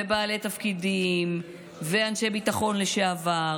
בעלי תפקידים ואנשי ביטחון לשעבר,